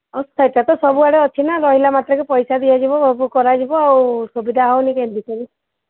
ଆଉ ସେଇଟା ତ ସବୁଆଡ଼େ ଅଛି ନା ରହିଲା ମାତ୍ରକେ ପଇସା ଦିଆଯିବ ବୁକ୍ କରାଯିବ ଆଉ ସୁବିଧା ହେଉନି କେମିତି କହିଲେ